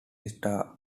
stars